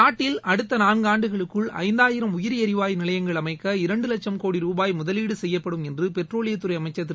நாட்டில் அடுத்த நான்கு ஆண்டுகளுக்குள் ஐந்தாயிரம் உயிரி ளிவாயு நிலையங்கள் அமைக்க இரண்டு வட்சம் கோடி ரூபாய் முதலீடு செய்யப்படும் என்று பெட்ரோலியத்துறை அமைச்சள் திரு